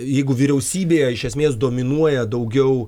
jeigu vyriausybėje iš esmės dominuoja daugiau